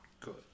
good